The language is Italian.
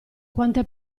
quante